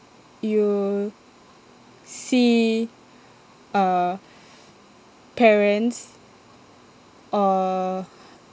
you see uh parents uh